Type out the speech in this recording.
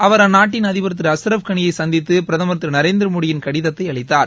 அவர் அந்நாட்டின் அதிபர் திரு அஸ்ரப் களியை சந்தித்து பிரதமர் திரு நரேந்திரமோடியின் கடிதத்தை அளித்தார்